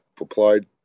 applied